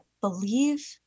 believe